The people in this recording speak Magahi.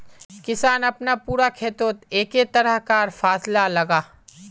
किसान अपना पूरा खेतोत एके तरह कार फासला लगाः